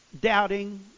Doubting